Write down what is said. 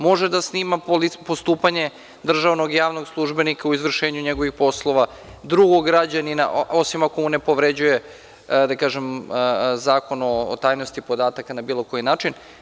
Može da snima postupanje državnog i javnog službenika u izvršenju njegovih poslova, drugog građanina, osim ako ne povređuje Zakon o tajnosti podataka na bilo koji način.